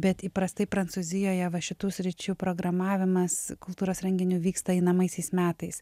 bet įprastai prancūzijoje va šitų sričių programavimas kultūros renginių vyksta einamaisiais metais